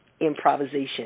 improvisation